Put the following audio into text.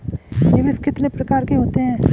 निवेश कितने प्रकार के होते हैं?